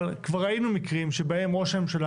אבל כבר ראינו מקרים שבהם ראש הממשלה,